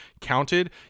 counted